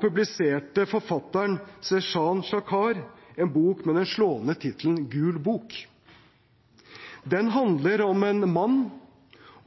publiserte forfatteren Zeshan Shakar en bok med den slående tittelen «Gul bok». Den handler om Mani